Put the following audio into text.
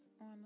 on